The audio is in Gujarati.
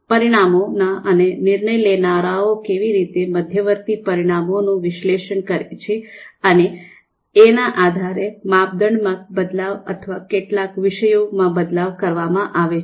પરિણામોના અને નિર્ણય લેનારાઓ કેવી રીતે મધ્યવર્તી પરિણામોનું વિશ્લેષણ કરે છે એના આધારે માપદંડો માં બદલાવ અથવા કેટલાક વિષયો માં બદલાવ કરવામાં આવે છે